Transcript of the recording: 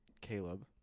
Caleb